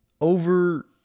over